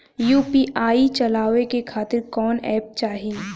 UPI चलवाए के खातिर कौन एप चाहीं?